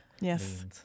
yes